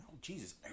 Jesus